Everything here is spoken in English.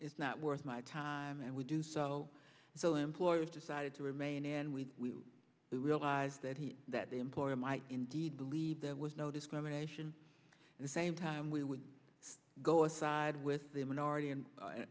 it's not worth my time and we do so so employers decided to remain and we realized that he that the employer might indeed believe there was no discrimination the same time we would go aside with the minority and